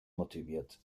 motiviert